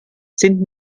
sind